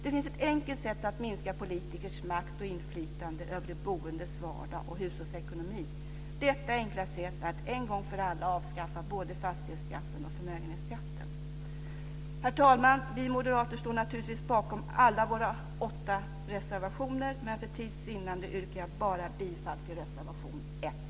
Det finns ett enkelt sätt att minska politikers makt och inflytande över de boendes vardag och hushållsekonomi. Detta enkla sätt är att en gång för alla avskaffa både fastighetsskatten och förmögenhetsskatten. Herr talman! Vi moderater står naturligtvis bakom alla våra åtta reservationer, men för tids vinnande yrkar jag bifall bara till reservation 1.